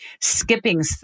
skipping